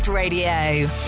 Radio